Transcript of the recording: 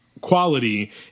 quality